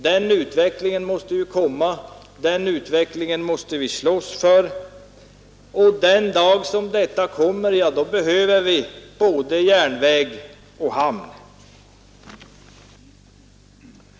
Den utvecklingen måste komma — det måste vi slåss för. Och när den är verklighet behöver vi både järnväg och hamn.